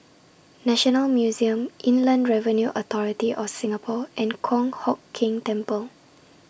National Museum Inland Revenue Authority of Singapore and Kong Hock Keng Temple